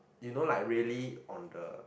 did not like really on the